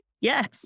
Yes